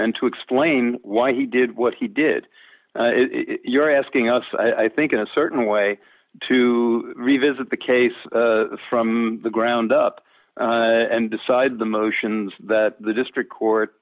and to explain why he did what he did if you're asking us i think in a certain way to revisit the case from the ground up and decide the motions that the district court